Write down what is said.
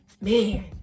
man